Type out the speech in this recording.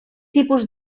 tipus